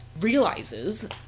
realizes